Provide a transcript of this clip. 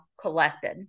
collected